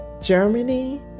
Germany